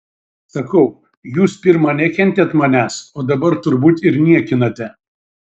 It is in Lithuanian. sakau jūs pirma nekentėt manęs o dabar turbūt ir niekinate